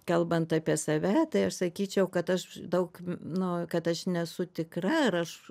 kalbant apie save tai aš sakyčiau kad aš daug nu kad aš nesu tikra ar aš